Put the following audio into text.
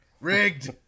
Rigged